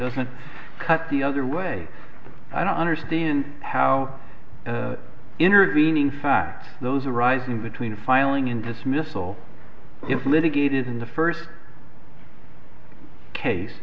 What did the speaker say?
doesn't cut the other way i don't understand how an intervening fact those arising between filing and dismissal if litigated in the first case